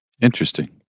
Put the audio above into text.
Interesting